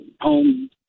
home